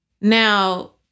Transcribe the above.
Now